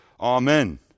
Amen